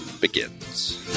begins